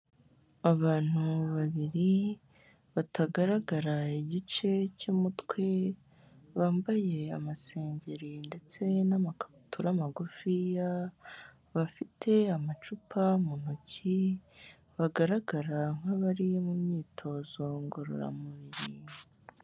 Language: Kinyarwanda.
Abantu babiri batagaragara igice cy'umutwe bambaye amasengeri ndetse n'amakabutura magufiya bafite amacupa mu ntoki bagaragara nk'abari mu myitozo ngororamubiri.